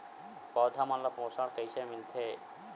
पौधा मन ला पोषण कइसे मिलथे?